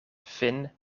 finn